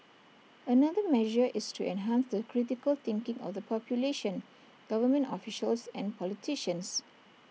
another measure is to enhance the critical thinking of the population government officials and politicians